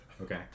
Okay